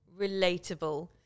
relatable